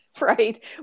Right